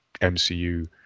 MCU